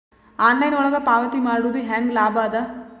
Online ಒಳಗ ಪಾವತಿ ಮಾಡುದು ಹ್ಯಾಂಗ ಲಾಭ ಆದ?